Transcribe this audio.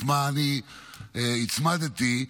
את מה שאני הצמדתי,